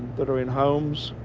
that are in homes.